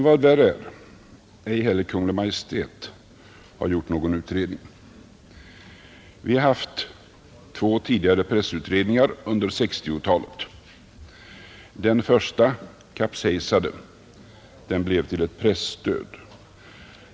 Vad värre är: Ej heller Kungl. Maj:t har gjort någon utredning. Vi har haft två tidigare pressutredningar under 1960-talet. Den första kapsejsade och ledde till ett presstöd.